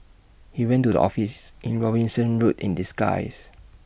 he went to the office in Robinson road in disguise